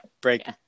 break